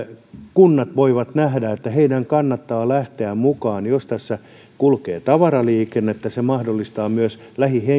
kunnat voivat nähdä että heidän kannattaa lähteä mukaan jos tässä kulkee tavaraliikennettä se mahdollistaa myös